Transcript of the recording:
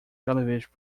television